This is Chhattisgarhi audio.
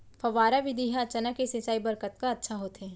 फव्वारा विधि ह चना के सिंचाई बर कतका अच्छा होथे?